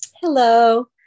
Hello